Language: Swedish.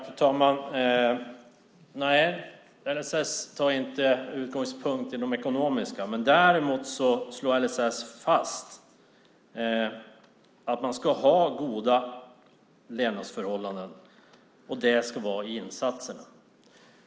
Fru talman! Nej, LSS tar inte utgångspunkt i det ekonomiska, men däremot slår LSS fast att man ska ha goda levnadsförhållanden, och det ska vara i insatserna.